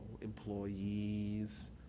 employees